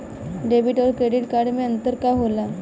Debit और credit card मे अंतर का होला?